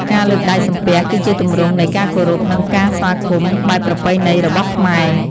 ការលើកដៃសំពះ គឺជាទម្រង់នៃការគោរព និងការស្វាគមន៍បែបប្រពៃណីរបស់ខ្មែរ។